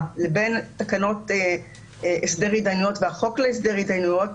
לבין תקנות הסדר התדיינויות והחוק להסדר התדיינויות,